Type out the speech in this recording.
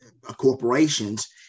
corporations